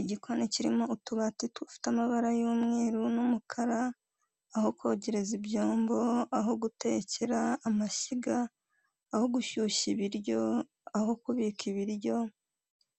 Igikoni kirimo utubati dufite amabara y'umweru n'umukara, aho kogereza ibyombo, aho gutekera amashyiga, aho gushyushya ibiryo, aho kubika ibiryo